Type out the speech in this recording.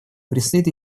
предстоит